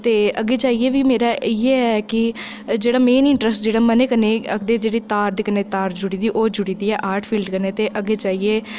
ते अग्गें जाइयै बी मेरा इयै की जेह्ड़ा मेन इंटरैस्ट जेह्ड़ा मनै कन्नै आखदे जेह्ड़ी तार दे कन्नै तार जुड़ी दी ऐ ओह् जुड़ी दी ऐ आर्ट फील्ड कन्नै गै ते अग्गें जाइयै